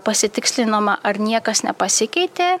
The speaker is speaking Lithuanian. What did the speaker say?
pasitikslinama ar niekas nepasikeitė